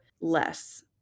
less